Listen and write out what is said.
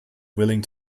willing